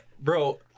Bro